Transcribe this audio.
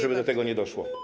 żeby do tego nie doszło.